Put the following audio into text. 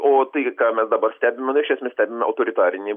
o tai ką mes dabar stebime na iš esmės stebime autoritarinį